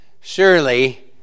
surely